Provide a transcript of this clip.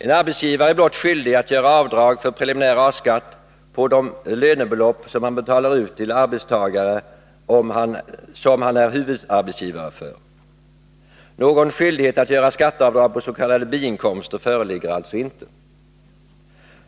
En arbetsgivare är blott skyldig att göra avdrag för preliminär A-skatt på de lönebelopp som han betalar ut till arbetstagare som han är huvudarbetsgivare för. Någon skyldighet att göra skatteavdrag på s.k. biinkomster föreligger alltså inte.